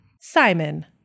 Simon